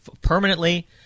permanently